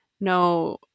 no